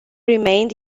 remained